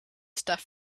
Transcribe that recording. stuff